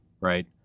right